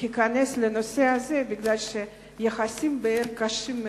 להיכנס לנושא הזה, בגלל שהיחסים קשים מאוד.